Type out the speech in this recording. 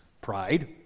Pride